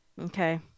Okay